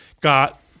got